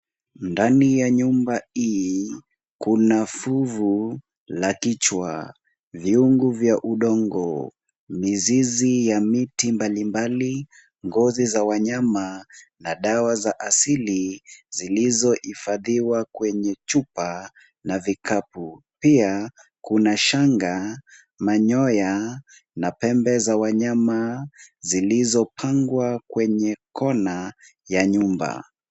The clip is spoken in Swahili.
Ndani ya nyumba hii kuna fuvu la kichwa, vyungu vya udongo , mizizi ya miti mbalimbali, ngozi za wanyama, na dawa za asili zilizohifadhi wa kwenye chupa na vikapu. Pia kuna shanga, manyoya na pembe za wanyama, zilizopangwa kwenye kona ya nyumba.